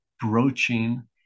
broaching